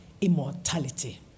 immortality